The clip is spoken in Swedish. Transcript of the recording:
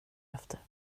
efter